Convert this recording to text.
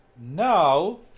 Now